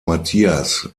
matthias